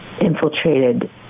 infiltrated